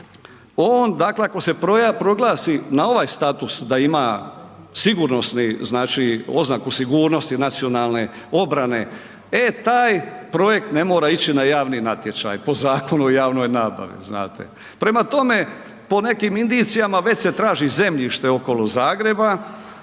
on da ako se proglasi na ovaj status da ima sigurnosni znači oznaku sigurnosti nacionalne obrane, e taj projekt ne mora ići na javni natječaj po Zakonu o javnoj nabavi. Prema tome, po nekim indicijama već se traži zemljište okolo Zagreba